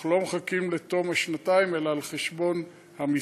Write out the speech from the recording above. אנחנו לא מחכים לתום השנתיים אלא על חשבון המשרד